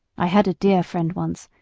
i had a dear friend once,